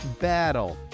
battle